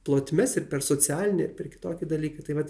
plotmes ir per socialinę ir per dalyką tai vat